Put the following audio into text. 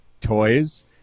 toys